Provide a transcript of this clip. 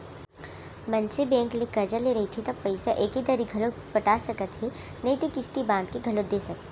मनसे बेंक ले करजा ले रहिथे त पइसा एके दरी घलौ पटा सकत हे नइते किस्ती बांध के घलोक दे सकथे